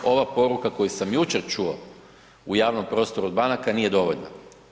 Ova poruka koju sam jučer čuo u javnom prostoru od banaka nije dovoljna.